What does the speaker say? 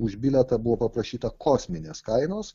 už bilietą buvo paprašyta kosminės kainos